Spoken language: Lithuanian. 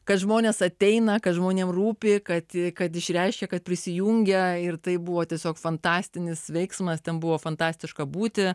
kad žmonės ateina kad žmonėm rūpi kad kad išreiškė kad prisijungia ir tai buvo tiesiog fantastinis veiksmas ten buvo fantastiška būti